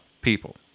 people